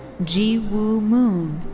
ji woo moon.